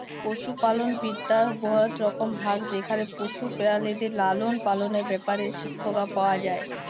পশুপালল বিদ্যার বহুত রকম ভাগ যেখালে পশু পেরালিদের লালল পাললের ব্যাপারে শিখ্খা পাউয়া যায়